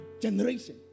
generation